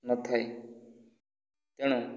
ନଥାଏ ତେଣୁ